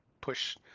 push